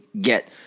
get